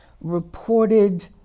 reported